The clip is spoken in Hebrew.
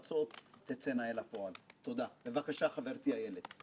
שבאמת הקצרה היריעה מלהודות לכם אבל איתן עשה את זה יפה מאוד,